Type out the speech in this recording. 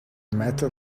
metal